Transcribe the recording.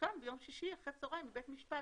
מסוכן ביום שישי אחר הצהריים מבית משפט.